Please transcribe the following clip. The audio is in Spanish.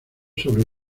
sobre